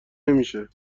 نمیشه